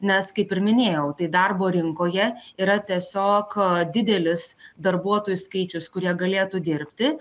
nes kaip ir minėjau tai darbo rinkoje yra tiesiog a didelis darbuotojų skaičius kurie galėtų dirbti